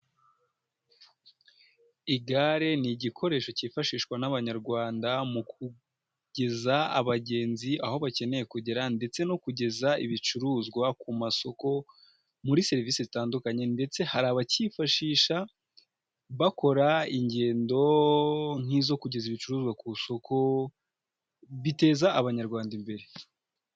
Igare ni igikoresho cyifashishwa n'abanyarwanda mukugeza abagenzi aho bakeneye kugera, ndetse no kugeza ibicuruzwa ku masoko muri serivisi zitandukanye, ndetse hari abakifashisha bakora ingendo nk'izo kugeza ibicuruzwa ku isoko biteza Abanyarwanda imbere.